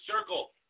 circle